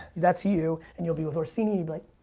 that's you and you'll be with orsini like.